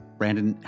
brandon